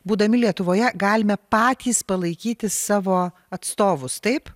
būdami lietuvoje galime patys palaikyti savo atstovus taip